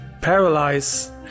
paralyze